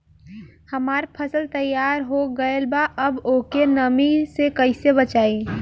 हमार फसल तैयार हो गएल बा अब ओके नमी से कइसे बचाई?